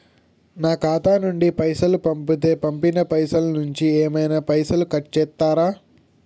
నా ఖాతా నుండి పైసలు పంపుతే పంపిన పైసల నుంచి ఏమైనా పైసలు కట్ చేత్తరా?